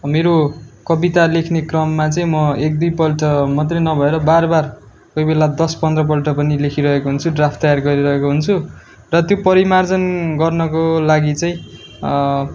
मेरो कविता लेख्ने क्रममा चाहिँ म एक दुईपल्ट मात्रै नभएर बार बार कोही बेला दस पन्ध्रपल्ट पनि लेखिरहेको हुन्छु ड्राफ्ट तयार गरिरहेको हुन्छु र त्यो परिमार्जन गर्नको लागि चाहिँ